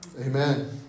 Amen